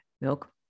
milk